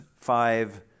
five